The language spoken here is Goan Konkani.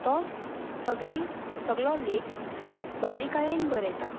तो सगली सगलो लेख बारिकायेन बरयता